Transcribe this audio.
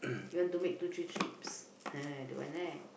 you want to make two three trips don't want right